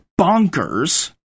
bonkers